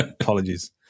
Apologies